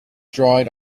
dried